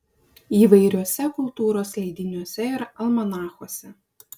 įvairiuose kultūros leidiniuose ir almanachuose